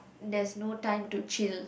there's no time to chill